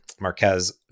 Marquez